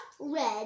red